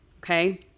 okay